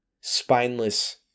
spineless